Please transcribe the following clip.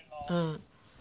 mm